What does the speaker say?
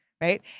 right